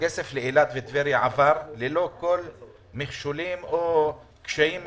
הכסף לאילת ולטבריה עבר ללא מכשולים וקשיים משפטיים.